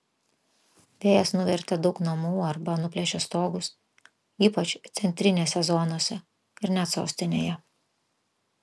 vėjas nuvertė daug namų arba nuplėšė stogus ypač centinėse zonose ir net sostinėje